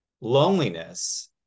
loneliness